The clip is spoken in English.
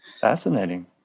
Fascinating